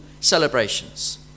celebrations